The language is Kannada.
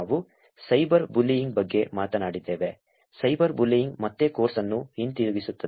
ನಾವು ಸೈಬರ್ ಬುಲ್ಲಿಯಿಂಗ್ ಬಗ್ಗೆ ಮಾತನಾಡಿದ್ದೇವೆ ಸೈಬರ್ ಬುಲ್ಲಿಯಿಂಗ್ ಮತ್ತೆ ಕೋರ್ಸ್ ಅನ್ನು ಹಿಂತಿರುಗಿಸುತ್ತದೆ